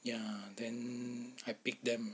ya then I pick them